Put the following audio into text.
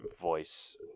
voice